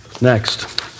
Next